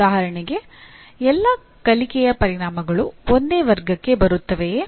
ಉದಾಹರಣೆಗೆ ಎಲ್ಲಾ ಕಲಿಕೆಯ ಪರಿಣಾಮಗಳು ಒಂದೇ ವರ್ಗಕ್ಕೆ ಬರುತ್ತವೆಯೇ